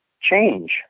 change